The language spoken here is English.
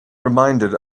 reminded